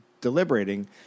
deliberating